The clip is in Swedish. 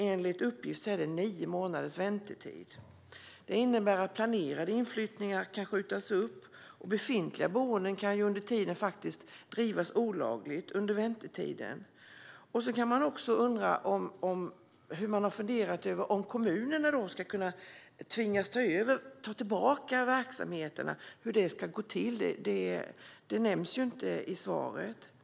Enligt uppgift är det nio månaders väntetid. Det innebär att planerade inflyttningar kan skjutas upp, och befintliga boenden kan faktiskt drivas olagligt under väntetiden. Har regeringen funderat över om kommunerna ska tvingas ta över eller ta tillbaka verksamheterna? Hur det ska gå till nämns inte i svaret.